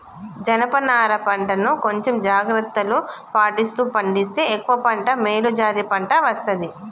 జనప నారా పంట ను కొంచెం జాగ్రత్తలు పాటిస్తూ పండిస్తే ఎక్కువ పంట మేలు జాతి పంట వస్తది